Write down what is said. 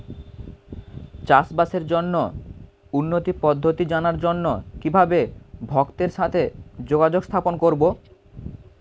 চাষবাসের জন্য উন্নতি পদ্ধতি জানার জন্য কিভাবে ভক্তের সাথে যোগাযোগ স্থাপন করব?